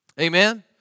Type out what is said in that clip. Amen